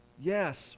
yes